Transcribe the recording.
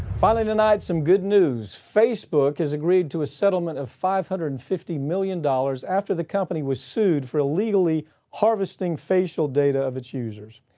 finally tonight, some good news. facebook has agreed to a settlement of five hundred and fifty million dollars after the company was sued for illegally harvesting facial data of its users.